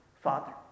father